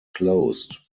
closed